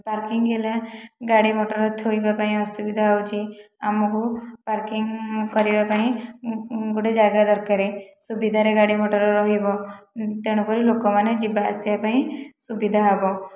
parking ହେଲା ଗାଡ଼ିମଟର ଥୋଇବା ପାଇଁ ଅସୁବିଧା ହେଉଛି ଆମକୁ ପାର୍କିଂ କରିବା ପାଇଁ ଗୋଟିଏ ଯାଗା ଦରକାର ସୁବିଧାରେ ଗାଡ଼ିମଟର ରହିବ ତେଣୁ କରି ଲୋକମାନେ ଯିବାଆସିବା ପାଇଁ ସୁବିଧା ହେବ